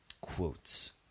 quotes